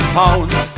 pounds